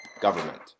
government